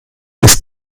ist